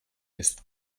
ist